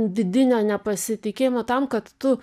vidinio nepasitikėjimo tam kad tu